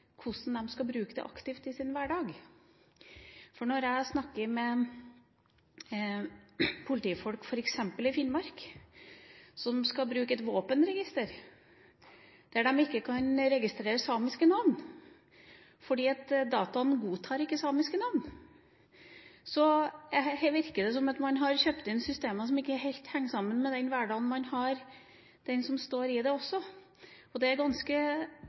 sin hverdag? Når jeg snakker med politifolk i f.eks. Finnmark som skal bruke et våpenregister, kan de ikke registrere samiske navn fordi dataen ikke godtar samiske navn. Det virker som om man har kjøpt inn systemer som ikke helt henger sammen med den hverdagen som de som står i dette, har. Jeg antar at det også